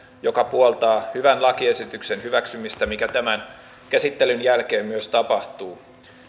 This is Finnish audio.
joka puoltaa hyvän lakiesityksen hyväksymistä mikä tämän käsittelyn jälkeen myös tapahtuu